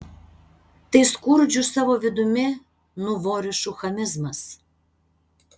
tai skurdžių savo vidumi nuvorišų chamizmas